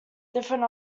different